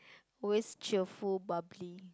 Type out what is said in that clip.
always cheerful bubbly